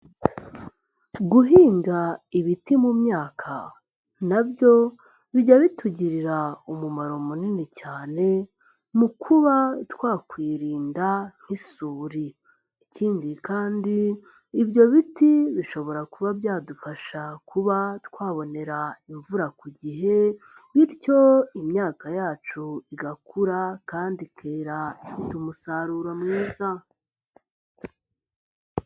Guhinga ibiti mu myaka na byo bijya bitugirira umumaro munini cyane mu kuba twakwirinda nk'isuri, ikindi kandi ibyo biti bishobora kuba byadufasha kuba twabonera imvura ku gihe bityo imyaka yacu igakura kandi ikera ifite umusaruro mwiza.